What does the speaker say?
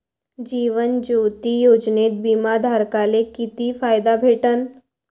जीवन ज्योती योजनेत बिमा धारकाले किती फायदा भेटन?